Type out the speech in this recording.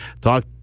Talk